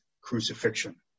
crucifixion